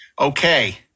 Okay